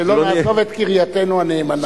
נעזוב קרייתנו הנאמנה.